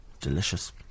Delicious